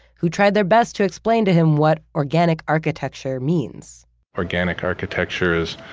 who tried their best to explain to him what organic architecture means organic architecture is